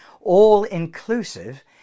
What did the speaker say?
all-inclusive